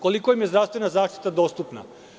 Koliko im je zdravstvena zaštita dostupna?